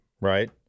right